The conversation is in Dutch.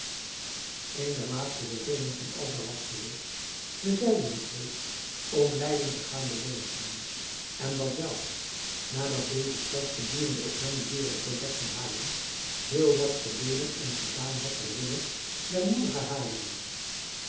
een der laatste bevelen van alva was geweest we zeiden het reeds om leiden te gaan belegeren en dat wel nadat deze stad gedurende het langdurig beleg van haarlem heel wat geleden en gedaan had terwille der moedige haarlemmers